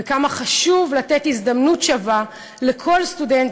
וכמה חשוב לתת הזדמנות שווה לכל סטודנט